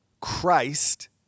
Christ